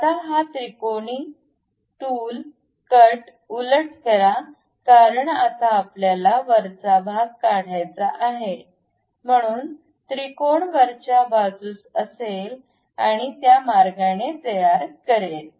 आता हा त्रिकोणी टूल कट उलट करा कारण आता आपल्याला वरचा भाग काढायचा आहे म्हणून त्रिकोण वरच्या बाजूस असेल आणि त्या मार्गाने तयार करेल